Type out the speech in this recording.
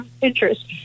interest